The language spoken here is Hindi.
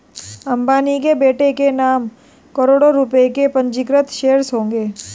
अंबानी के बेटे के नाम करोड़ों रुपए के पंजीकृत शेयर्स होंगे